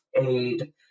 aid